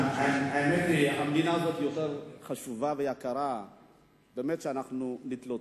המדינה הזאת חשובה ויקרה מדי בשביל שנתלוצץ.